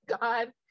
God